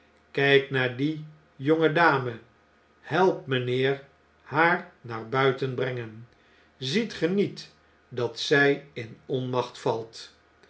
kjjk naar die jonge dame help mjjnheer haar naar buiten brengen ziet ge niet dat zjj in onmacht valt